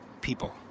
people